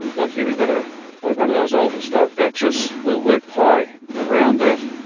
like here we've got ah one of those old historic baches, we'll work pai around that,